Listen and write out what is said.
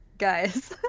guys